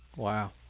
Wow